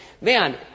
man